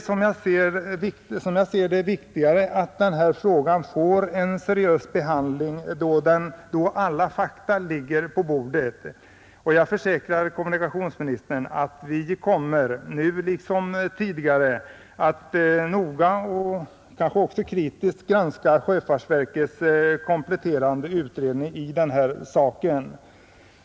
Som jag ser det är det viktigare att den här frågan får en seriös behandling då alla fakta ligger på bordet, och jag försäkrar kommunikationsministern att vi kommer, nu liksom tidigare, att noga och kanske också kritiskt granska sjöfartsverkets kompletterande utredning.